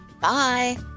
Bye